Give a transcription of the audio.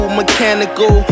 mechanical